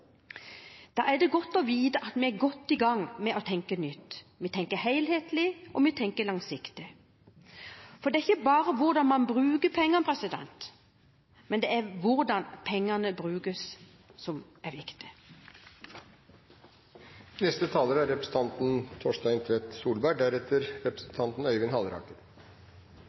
Da er det godt å vite at vi er godt i gang med å tenke nytt, tenke helhetlig og tenke langsiktig. For det er ikke bare det at man kan bruke penger, men hvordan pengene brukes, som er viktig.